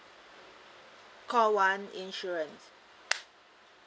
call one insurance